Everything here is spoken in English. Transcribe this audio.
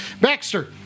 Baxter